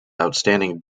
outstanding